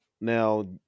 Now